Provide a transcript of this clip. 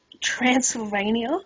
Transylvania